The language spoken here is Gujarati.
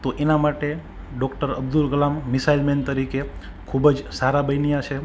તો એના માટે doctor Abdul Kalam missile man તરીકે ખૂબ જ સારા બન્યા છે